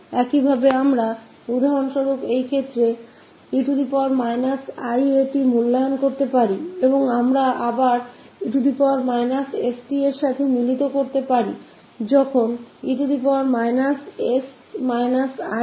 इसी प्रकार हम उदाहरण के लिए 𝑒𝑖𝑎𝑡 का निकाल सकते है और इस स्थति में हमने 𝑒−𝑠𝑡 के साथ जोड़ा है